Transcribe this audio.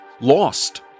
lost